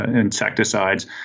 insecticides